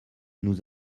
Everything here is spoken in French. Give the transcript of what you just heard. nous